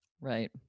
right